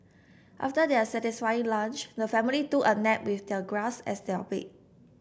after their satisfying lunch the family took a nap with the grass as their bed